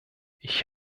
ich